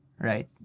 right